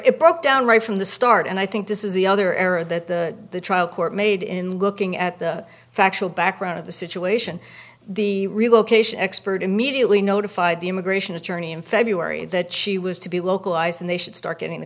it broke down right from the start and i think this is the other error that the trial court made in looking at the factual background of the situation the relocation expert immediately notified the immigration attorney in february that she was to be localized and they should start getting the